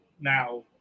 now